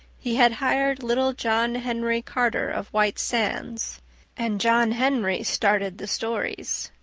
he had hired little john henry carter of white sands and john henry started the stories.